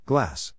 Glass